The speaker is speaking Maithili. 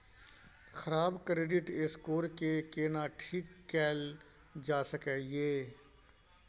खराब क्रेडिट स्कोर के केना ठीक कैल जा सकै ये?